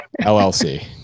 LLC